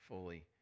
fully